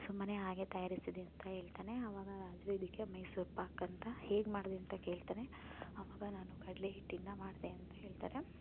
ಸುಮ್ಮನೆ ಹಾಗೆ ತಯಾರಿಸಿದೆ ಅಂತ ಹೇಳ್ತಾನೆ ಆವಾಗ ರಾಜರು ಇದಕ್ಕೆ ಮೈಸೂರು ಪಾಕ್ ಅಂತ ಹೇಗೆ ಮಾಡಿದೆ ಅಂತ ಕೇಳ್ತಾರೆ ಆವಾಗ ನಾನು ಕಡಲೇ ಹಿಟ್ಟಿಂದ ಮಾಡಿದೆ ಅಂತ ಹೇಳ್ತಾರೆ